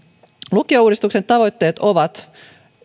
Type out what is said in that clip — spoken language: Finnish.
lukiouudistuksen tavoitteet ovat